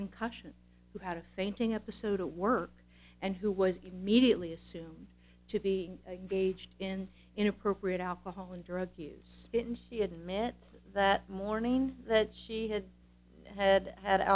concussion who had a fainting episode at work and who was immediately assume to be a gauged in inappropriate alcohol and drug use it and she had met that morning that she had had had